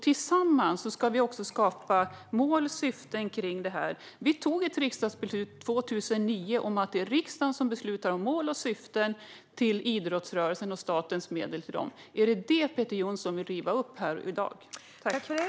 Tillsammans ska vi också skapa mål och syften för det här. Vi tog ett riksdagsbeslut 2009 om att det är riksdagen som beslutar om mål och syften för idrottsrörelsen och statens medel för den. Är det det beslutet som Peter Johnsson vill riva upp här i dag?